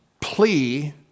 plea